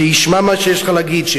שישמע מה שיש לך להגיד,